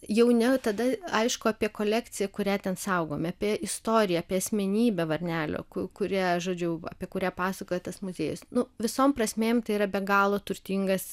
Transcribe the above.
jau ne tada aišku apie kolekciją kurią ten saugome apie istoriją apie asmenybę varnelio ku kurią žodžiu apie kurią pasakoja tas motiejus nu visom prasmėm tai yra be galo turtingas